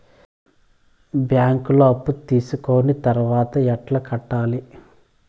బ్యాంకులో అప్పు తీసుకొని తర్వాత ఎట్లా కట్టాలి?